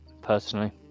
personally